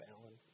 Alan